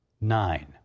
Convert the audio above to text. Nine